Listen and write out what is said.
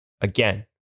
Again